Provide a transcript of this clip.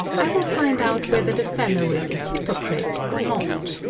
i will find out whether the fellow is a hypocrite or not.